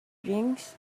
rings